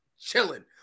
Chilling